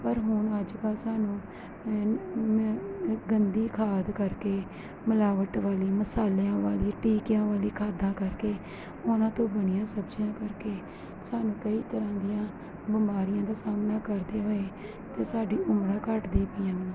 ਪਰ ਹੁਣ ਅੱਜ ਕੱਲ ਸਾਨੂੰ ਗੰਦੀ ਖਾਦ ਕਰਕੇ ਮਿਲਾਵਟ ਵਾਲੀ ਮਸਾਲਿਆਂ ਵਾਲੀ ਟਿਕਿਆ ਵਾਲੀ ਖਾਦਾ ਕਰਕੇ ਉਹਨਾਂ ਤੋਂ ਬਣੀਆ ਸਬਜੀਆਂ ਕਰਕੇ ਸਾਨੂੰ ਕਈ ਤਰ੍ਹਾਂ ਦੀਆਂ ਬਿਮਾਰੀਆਂ ਦਾ ਸਾਹਮਣਾ ਕਰਦੇ ਹੋਏ ਤੇ ਸਾਡੀ ਉਮਰ ਦਾ ਘਟਦੀ ਪਈ ਹੈ